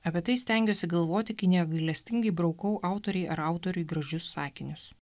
apie tai stengiuosi galvoti kai negailestingai braukau autorei ar autoriui gražius sakinius